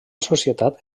societat